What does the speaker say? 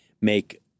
make